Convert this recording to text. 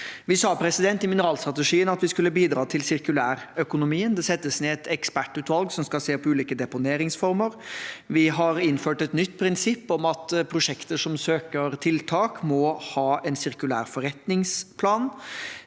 Vi sa i mineralstrategien at vi skulle bidra til sirkulærøkonomien. Det settes ned et ekspertutvalg som skal se på ulike deponeringsformer. Vi har innført et nytt prinsipp om at prosjekter som søker tiltak, må ha en sirkulær forretningsplan.